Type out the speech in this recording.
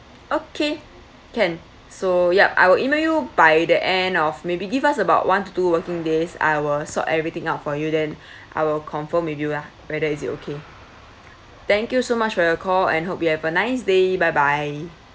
okay can so yup I will email you by the end of maybe give us about one to two working days I will sort everything out for you then I will confirm with you lah whether it is okay thank you so much for your call and hope you have a nice day bye bye